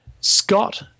Scott